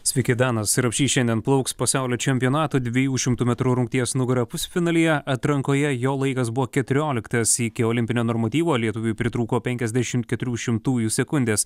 sveiki danas rapšys šiandien plauks pasaulio čempionato dviejų šimtų metrų rungties nugara pusfinalyje atrankoje jo laikas buvo keturioliktas iki olimpinio normatyvo lietuviui pritrūko penkiasdešimt keturių šimtųjų sekundės